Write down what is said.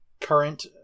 Current